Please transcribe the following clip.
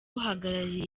uhagarariye